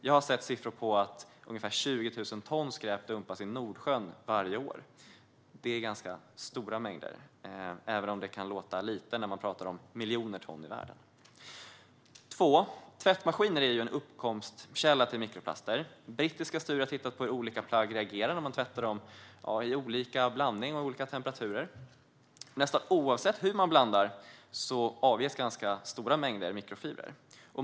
Jag har sett siffror som visar att ungefär 20 000 ton skräp dumpas i Nordsjön varje år. Det är ganska stora mängder, även om det kan låta lite när man talar om miljoner ton i världen. För det andra: Tvättmaskiner är en uppkomstkälla till mikroplaster. Brittiska studier har tittat på hur olika plagg reagerar när man tvättar dem i olika blandningar och i olika temperaturer. Nästan oavsett hur man blandar kläder avges ganska stora mängder mikrofibrer.